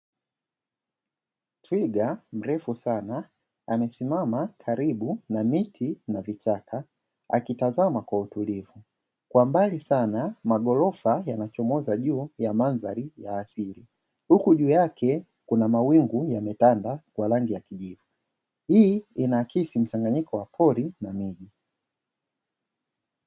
Twiga mrefu sana amesimama karibu ya miti na vichaka akitazama kwa utulivu, kwa mbali sana maghorofa yamechomoza juu ya mandhari ya asili, huku juu yake kuna mawingu yametanda ya rangi ya kijivu. Hii inaakisi mchanganyiko wa pori na miti.